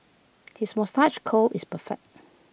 his moustache curl is perfect